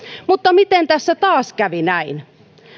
mutta miten tässä taas kävi näin